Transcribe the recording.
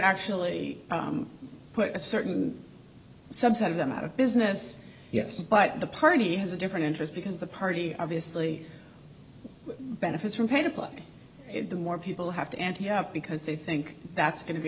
actually put a certain subset of them out of business yes but the party has a different interest because the party obviously benefits from pay to play the more people have to ante up because they think that's going to be a